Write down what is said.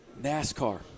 NASCAR